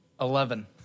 Eleven